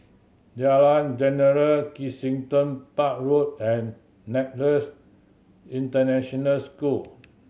Jalan Jentera Kensington Park Road and Nexus International School